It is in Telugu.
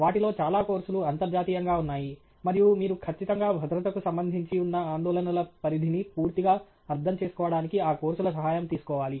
వాటిలో చాలా కోర్సులు అంతర్జాతీయంగా ఉన్నాయి మరియు మీరు ఖచ్చితంగా భద్రతకు సంబంధించి ఉన్న ఆందోళనల పరిధిని పూర్తిగా అర్థం చేసుకోవడానికి ఆ కోర్సుల సహాయం తీసుకోవాలి